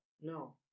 no